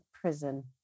prison